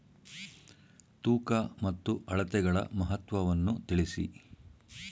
ತೂಕ ಮತ್ತು ಅಳತೆಗಳ ಮಹತ್ವವನ್ನು ತಿಳಿಸಿ?